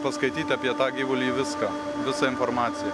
paskaityt apie tą gyvulį viską visą informaciją